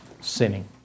sinning